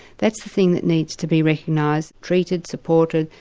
that's the thing that needs to be recognised, treated, supported,